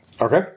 Okay